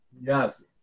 yes